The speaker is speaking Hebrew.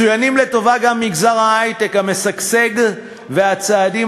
מצוינים לטובה גם מגזר ההיי-טק המשגשג והצעדים